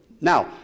Now